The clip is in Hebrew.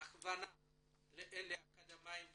הכוונה לאקדמאים ועוד.